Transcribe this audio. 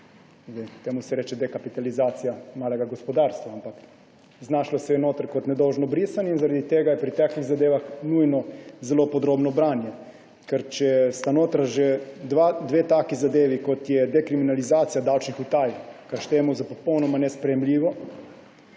Temu se reče dekapitalizacija malega gospodarstva, ampak znašlo se je notri kot nedolžno brisanje in zaradi tega je pri takih zadevah nujno zelo podrobno branje. Ker če sta notri že dve taki zadevi, kot je dekriminalizacija davčnih utaj, kar štejemo za popolnoma nesprejemljivo,